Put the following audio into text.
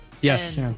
Yes